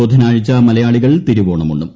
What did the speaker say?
ബുധനാഴ്ച മീലയാളികൾ തിരുവോണമുണ്ണും